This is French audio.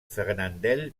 fernandel